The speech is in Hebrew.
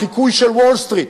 החיקוי של וול-סטריט,